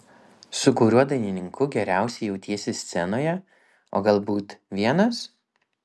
su kuriuo dainininku geriausiai jautiesi scenoje o galbūt vienas